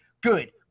good